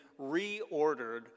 reordered